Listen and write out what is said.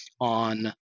on